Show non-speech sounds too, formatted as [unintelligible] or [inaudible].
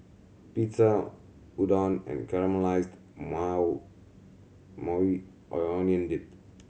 Pizza Udon and Caramelized Maui [unintelligible] Onion Dip